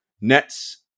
Nets